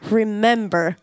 remember